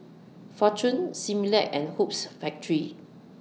Fortune Similac and Hoops Factory